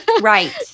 Right